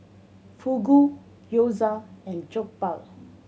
Fugu Gyoza and Jokbal